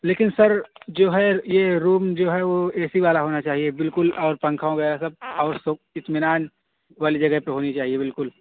لیکن سر جو ہے یہ روم جو ہے وہ اے سی والا ہونا چاہیے بالکل اور پنکھا وغیرہ سب اور سب اطمینان والی جگہ پہ ہونی چاہیے بالکل